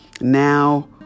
now